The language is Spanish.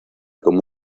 como